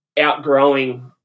outgrowing